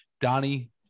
donnie